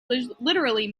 literally